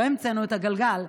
לא המצאנו את הגלגל,